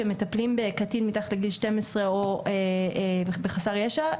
שמטפלים בקטין מתחת לגיל 12 או בחסר ישע.